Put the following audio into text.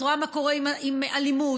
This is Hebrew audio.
את רואה מה קורה עם אלימות,